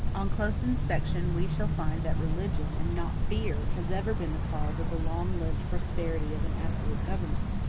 on close inspection we shall find that religion, and not fear, has ever been the cause of the long-lived prosperity of an absolute government.